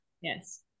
Yes